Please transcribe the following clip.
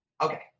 okay